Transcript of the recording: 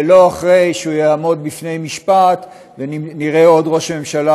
ולא אחרי שהוא יעמוד במשפט ונראה עוד ראש ממשלה